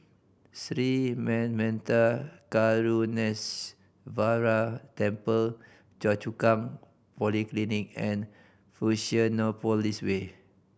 Sri Manmatha Karuneshvarar Temple Choa Chu Kang Polyclinic and Fusionopolis Way